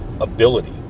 ability